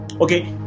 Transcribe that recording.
okay